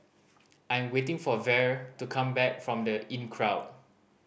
I am waiting for Vere to come back from The Inncrowd